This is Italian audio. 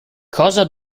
cosa